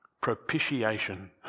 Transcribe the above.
Propitiation